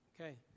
Okay